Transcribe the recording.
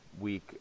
week